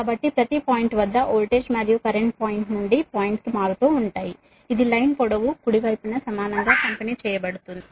కాబట్టి ప్రతి పాయింట్ వద్ద వోల్టేజ్ మరియు కరెంట్ పాయింట్ నుండి పాయింట్ కు మారుతూ ఉంటాయి ఇది లైన్ పొడవు కుడి వైపున సమానంగా పంపిణీ చేయబడుతుంది